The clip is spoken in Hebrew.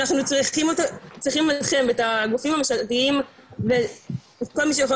אנחנו צריכים אתכם את הגופים הממשלתיים וכל מי שיכול